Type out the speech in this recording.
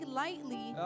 lightly